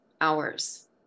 Hours